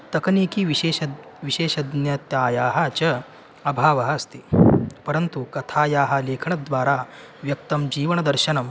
तकनीकीविशेष विशेषज्ञतायाः च अभावः अस्ति परन्तु कथायाः लेखनद्वारा व्यक्तं जीवनदर्शनं